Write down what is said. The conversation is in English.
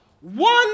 one